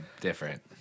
different